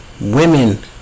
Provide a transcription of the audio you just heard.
women